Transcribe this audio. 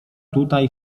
tutaj